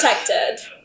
protected